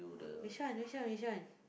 which one which one which one